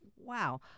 wow